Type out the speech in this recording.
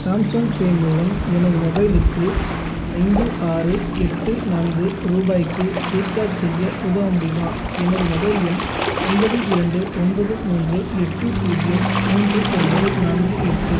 Samsung Pay மூலம் எனது மொபைலுக்கு ஐந்து ஆறு எட்டு நான்கு ரூபாய்க்கு ரீசார்ஜ் செய்ய உதவ முடியுமா எனது மொபைல் எண் ஒன்பது இரண்டு ஒன்பது மூன்று எட்டு பூஜ்ஜியம் மூன்று ஒன்பது நான்கு எட்டு